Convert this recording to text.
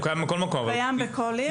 הוא קיים בכל מקום.